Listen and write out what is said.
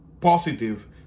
positive